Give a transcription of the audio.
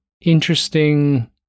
interesting